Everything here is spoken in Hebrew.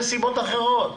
אלה סיבות אחרות.